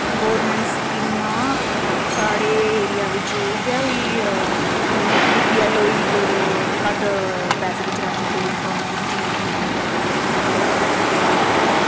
government स्कीमां साड़े area बिच उ'ऐ होई गी बी पी एल्ल होई जेह्ड़े घट्ट पैसे बिच राशन थ्होई जंदा उ'नें गी चीनी अऽ ते